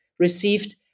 received